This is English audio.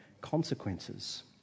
consequences